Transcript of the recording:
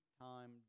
time